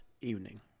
evening